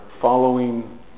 following